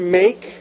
make